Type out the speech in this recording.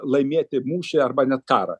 laimėti mūšį arba net karą